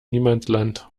niemandsland